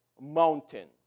mountain